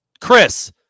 Chris